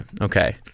Okay